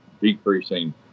decreasing